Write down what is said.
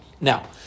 Now